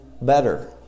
better